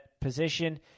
position